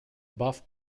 buff